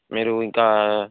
మీరు ఇంకా